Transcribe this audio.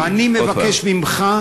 אני מבקש ממך,